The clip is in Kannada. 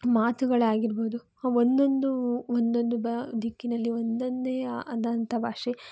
ಮಾತುಗಳಾಗಿರ್ಬೋದು ಒಂದೊಂದು ಒಂದೊಂದು ಬ ದಿಕ್ಕಿನಲ್ಲಿ ಒಂದೊಂದೇ ಆದಂಥ ಭಾಷೆ